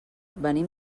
venim